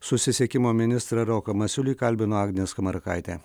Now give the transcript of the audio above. susisiekimo ministrą roką masiulį kalbino agnė skamarakaitė